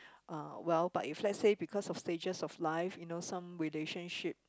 uh well but if let's say because of stages of life you know some relationship